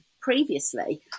previously